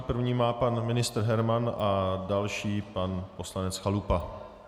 První má pan ministr Herman a další pan poslanec Chalupa.